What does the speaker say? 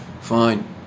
Fine